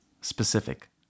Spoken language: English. specific